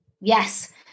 yes